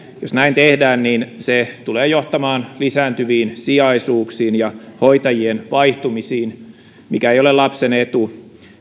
jos näin tehdään niin se tulee johtamaan lisääntyviin sijaisuuksiin ja hoitajien vaihtumisiin mikä ei ole lapsen etu